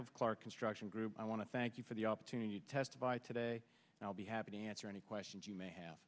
of clark construction group i want to thank you for the opportunity to testify today i'll be happy to answer any questions you may have